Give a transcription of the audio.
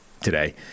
today